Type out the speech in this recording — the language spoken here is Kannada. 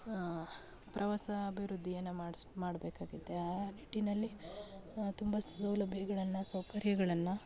ಪ್ರವಾಸ ಅಭಿವೃದ್ಧಿಯನ್ನು ಮಾಡ್ಸಿ ಮಾಡಬೇಕಾಗಿದೆ ಆ ನಿಟ್ಟಿನಲ್ಲಿ ತುಂಬ ಸೌಲಭ್ಯಗಳನ್ನು ಸೌಕರ್ಯಗಳನ್ನು